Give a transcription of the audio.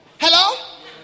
hello